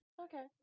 Okay